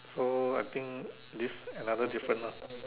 so I think this another different ah